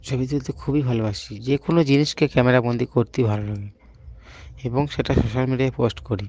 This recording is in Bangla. ছবি তুলতে খুবই ভালোবাসি যে কোনো জিনিসকে ক্যামেরবন্দি করতেই ভালো লাগে এবং সেটা সোশ্যাল মিডিয়ায় পোস্ট করি